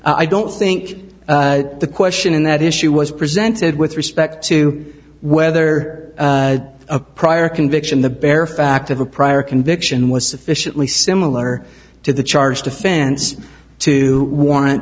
thorne i don't think the question in that issue was presented with respect to whether a prior conviction the bare fact of a prior conviction was sufficiently similar to the charged offense to warrant